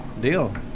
deal